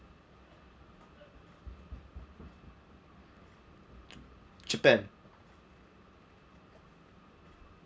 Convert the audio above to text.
japan